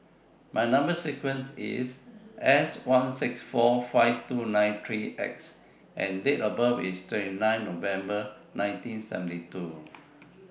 Number sequence IS S one six four five two nine three X and Date of birth IS twenty nine November nineteen seventy two